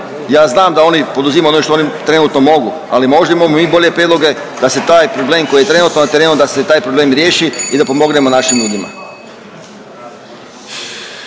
Ja znam da oni poduzimaju ono što oni trenutno mogu, ali možemo mi bolje prijedloge da se taj problem koji je trenutno na terenu da se taj problem riješi i da pomognemo našim ljudima.